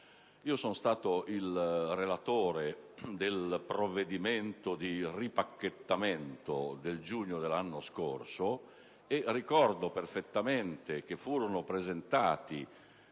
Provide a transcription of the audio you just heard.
Sono stato il relatore del provvedimento di ripacchettamento del giugno dell'anno scorso e ricordo perfettamente che furono presentati